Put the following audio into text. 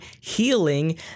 healing